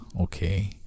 okay